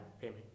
payment